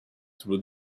through